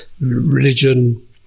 religion